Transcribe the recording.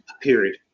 period